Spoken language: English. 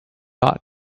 ought